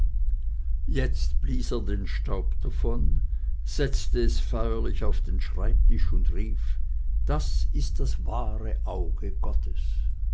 jetzt blies er den staub davon setzte es feierlich auf den schreibtisch und rief das ist das wahre auge gottes